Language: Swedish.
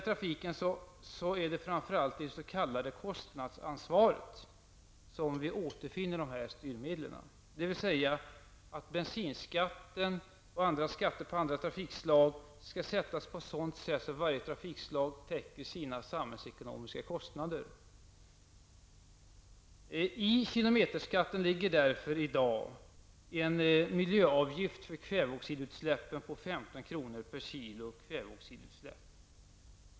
Det är framför allt i det s.k. kostnadsansvaret som vi återfinner dessa styrmedel på trafikens område. Bensinskatten och andra skatter på olika trafikslag skall nämligen sättas på ett sådant sätt att varje trafikslag täcker sina samhällsekonomiska kostnader. I kilometerskatten finns därför i dag en miljöavgift för kväveoxidutsläppen på 15 kr. per kg kväveoxidutsläpp inbakad.